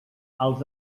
els